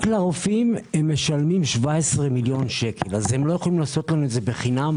רק לרופאים הם משלמים 17 מיליון שקל אז הם לא יכולים לעשות את זה בחינם?